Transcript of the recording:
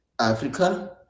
Africa